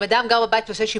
אם אדם גר בבית ועושה שיפוץ,